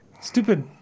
stupid